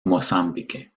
mozambique